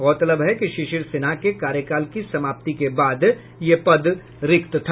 गौरतलब है कि शिशिर सिन्हा के कार्यकाल की समाप्ति के बाद यह पद रिक्त था